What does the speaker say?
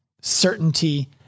certainty